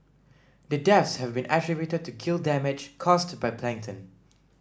the deaths have been attributed to gill damage caused by plankton